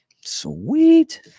Sweet